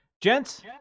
gents